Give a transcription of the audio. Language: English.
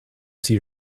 see